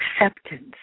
acceptance